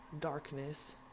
darkness